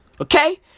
Okay